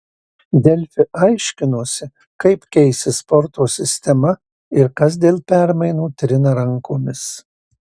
delfi aiškinosi kaip keisis sporto sistema ir kas dėl permainų trina rankomis